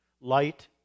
light